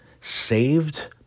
saved